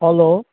hello